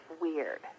weird